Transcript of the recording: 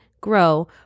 grow